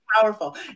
powerful